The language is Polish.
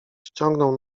ściągnął